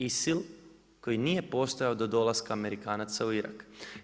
ISIL koji nije postojao do dolaska Amerikanaca u Irak.